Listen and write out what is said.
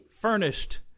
furnished